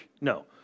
No